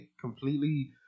completely